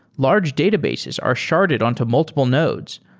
large databases are sharded on to multiple nodes.